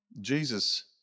Jesus